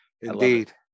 indeed